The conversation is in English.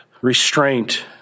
restraint